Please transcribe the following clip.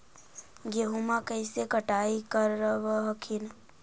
गेहुमा कैसे कटाई करब हखिन?